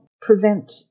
prevent